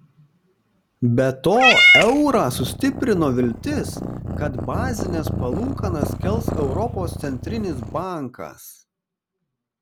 be to eurą sustiprino viltis kad bazines palūkanas kels europos centrinis bankas